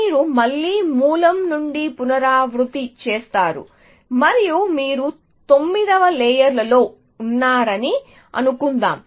మీరు మళ్లీ మూలం నుండి పునరుత్పత్తి చేస్తారు మరియు మీరు తొమ్మిదవ లేయర్లో ఉన్నారని అనుకుందాం